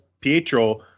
Pietro